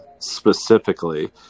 specifically